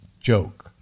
joke